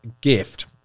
gift